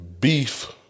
beef